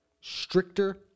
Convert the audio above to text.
stricter